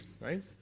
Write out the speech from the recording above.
right